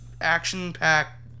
action-packed